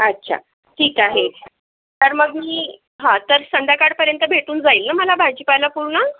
अच्छा ठीक आहे तर मग मी हा तर संध्याकाळपर्यंत भेटून जाईल न मला भाजीपाला पूर्ण